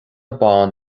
bán